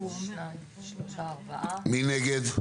מי נגד?